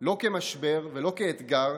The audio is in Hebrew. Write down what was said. לא כמשבר ולא כאתגר,